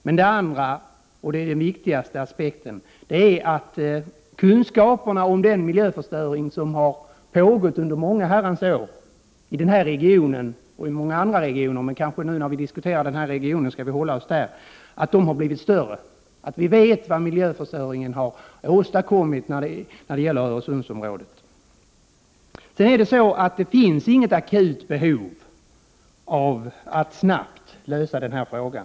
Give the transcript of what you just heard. Den andra omständigheten, och det är den viktigaste aspekten, är att kunskaperna om den miljöförstöring som har pågått under många år i den här regionen och i många andra regioner — men när vi nu diskuterar denna region skall vi hålla oss där — har blivit större. Vi vet vad miljöförstöringen har resulterat i när det gäller Öresundsområdet. Det finns inget akut behov av att snabbt lösa denna fråga.